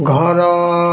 ଘର